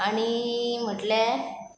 आनी म्हटले